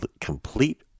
complete